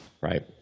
Right